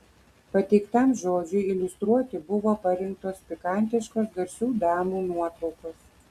pateiktam žodžiui iliustruoti buvo parinktos pikantiškos garsių damų nuotraukos